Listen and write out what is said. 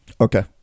Okay